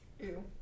Ew